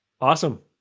Awesome